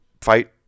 fight